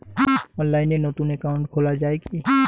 অনলাইনে নতুন একাউন্ট খোলা য়ায় কি?